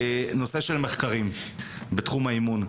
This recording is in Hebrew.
נושא של מחקרים בתחום האימון,